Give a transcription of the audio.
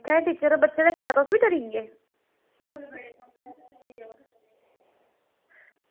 ते बच्चे कन्नै टीचर तुस बी करदे